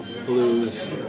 blues